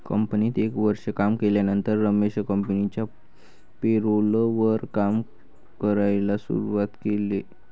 कंपनीत एक वर्ष काम केल्यानंतर रमेश कंपनिच्या पेरोल वर काम करायला शुरुवात केले